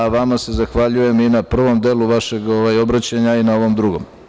A vama se zahvaljujem i na prvom delu vašeg obraćanja i na ovom drugom.